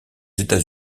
états